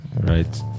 right